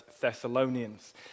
Thessalonians